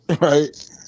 Right